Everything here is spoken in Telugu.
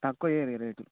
తక్కువ జేయుర్రి రేటు